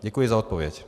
Děkuji za odpověď.